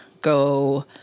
go